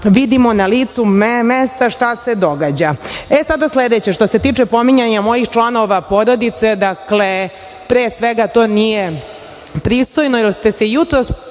vidimo na licu mesta šta se događa.E sada sledeće, što se tiče pominjanja mojih članova porodice, dakle, pre svega to nije pristojno, jer ste se jutros